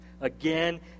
again